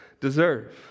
deserve